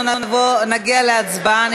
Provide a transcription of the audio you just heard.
אנחנו נגיע להצבעה.